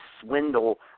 swindle